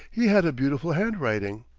he had a beautiful handwriting.